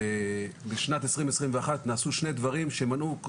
בשנת 2021 נעשו שני דברים שמנעו,